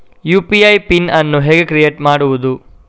UPI PIN ಅನ್ನು ಹೇಗೆ create ಮಾಡುದು?